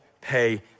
pay